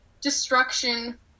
destruction